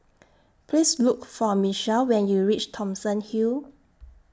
Please Look For Michell when YOU REACH Thomson Hill